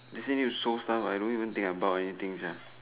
they say need to sew stuff I don't even think I bought anything sia